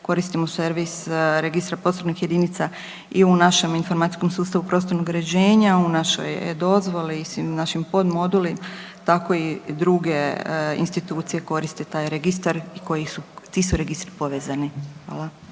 koristimo servis Registra prostornih jedinica i u našem informacijskom sustavu prostornog uređenja, u našoj e-Dozvoli i svim našim podmoduli, tako i druge institucije koriste taj Registar i koji su, ti su registri povezani. Hvala.